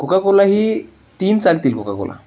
Coca Cola ही तीन चालतील कोकाकोला